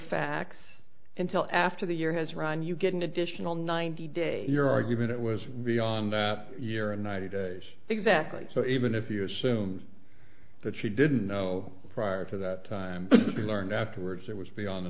facts until after the year has run you get an additional ninety days your argument was beyond that year and ninety days exactly so even if you assume that she didn't know prior to that time you learned afterwards it was beyond the